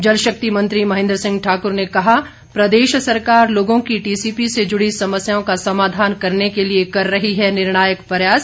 जलशक्ति मंत्री महेन्द्र सिंह ठाकुर ने कहा प्रदेश सरकार लोगों की टीसीपी से जुड़ी समस्याओं का समाधान करने के लिए कर रही है निर्णायक प्रयास